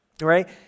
right